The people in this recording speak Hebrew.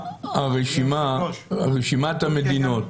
רשימת המדינות